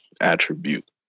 attribute